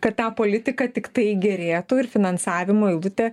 kad ta politika tiktai gerėtų ir finansavimo eilutė